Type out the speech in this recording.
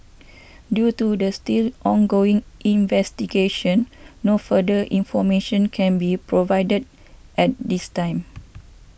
due to the still ongoing investigation no further information can be provided at this time